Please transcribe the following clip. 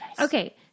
Okay